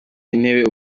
intebe